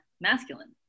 masculine